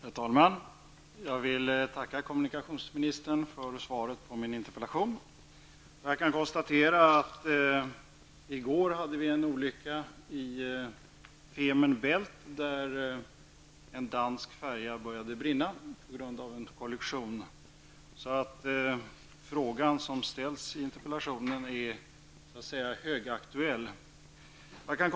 Herr talman! Jag vill tacka kommunikationsministern för svaret på min interpellation. I går inträffade det en olycka i Femer Bält, där en dansk färja började brinna på grund av en kollision. Frågan som ställs i interpellationen är alltså högaktuell.